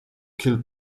killed